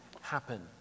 happen